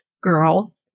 girl